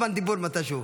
מתישהו.